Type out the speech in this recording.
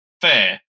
fair